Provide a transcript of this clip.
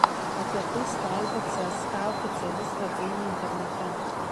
apie tai skelbia cska oficiali svetainė internete